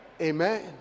amen